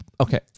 okay